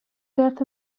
death